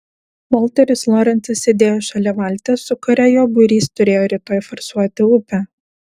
valteris lorencas sėdėjo šalia valties su kuria jo būrys turėjo rytoj forsuoti upę